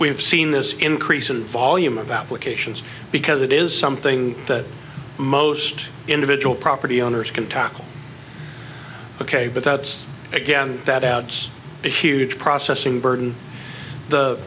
we've seen this increase in volume of applications because it is something that most individual property owners can tackle ok but that's again that adds a huge processing burden